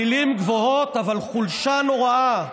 מילים גבוהות אבל חולשה נוראה.